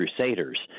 crusaders